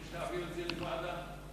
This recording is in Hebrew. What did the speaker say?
להעביר את זה לוועדה.